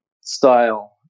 style